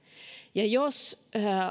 ja jos